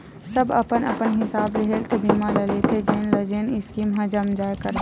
सब अपन अपन हिसाब ले हेल्थ बीमा ल लेथे जेन ल जेन स्कीम ह जम जाय करथे